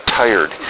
tired